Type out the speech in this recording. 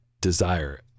desire